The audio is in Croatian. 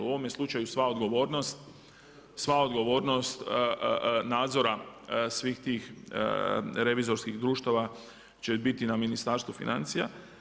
U ovome slučaju sva odgovornost nadzora svih tih revizorskih društava će biti na Ministarstvu financija.